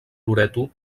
loreto